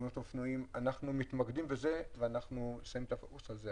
תאונות אופנועים אנחנו מתמקדים בזה ואנחנו שמים את הפוקוס על זה.